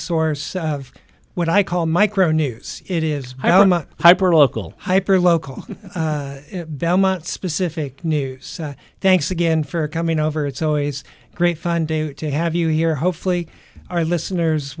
source of what i call micro news it is hyper local hyper local belmont specific news thanks again for coming over it's always great fun to have you here hopefully our listeners